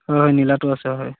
হয় নীলাটো আছে হয়